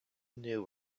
knew